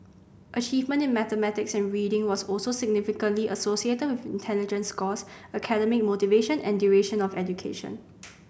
achievement in mathematics and reading was also significantly associated with intelligence scores academic motivation and duration of education